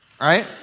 right